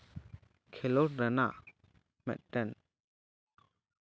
ᱠᱷᱮᱞᱳᱰ ᱨᱮᱱᱟᱜ ᱢᱤᱫᱴᱮᱱ